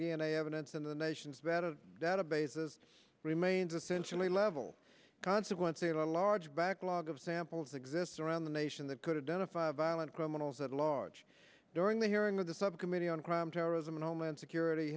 a evidence in the nation's battle databases remains essentially level consequence a large backlog of samples exists around the nation that could have done a five violent criminals at large during the hearing of the subcommittee on crime terrorism and homeland security